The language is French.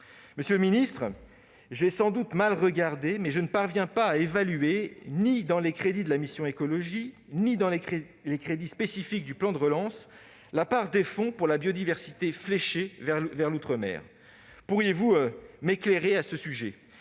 Monsieur le ministre, j'ai sans doute mal regardé, mais je ne parviens pas à évaluer, ni dans les crédits de la mission « Écologie » ni dans les crédits spécifiques du plan de relance, la part des fonds pour la biodiversité qui est fléchée vers l'outre-mer. Pourriez-vous m'éclairer à ce sujet ?